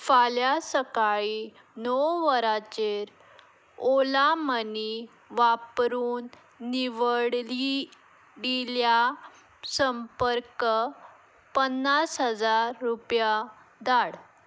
फाल्यां सकाळीं णव वरांचेर ओला मनी वापरून निवडली दिल्या संपर्क पन्नास हजार रुपया धाड